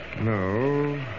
No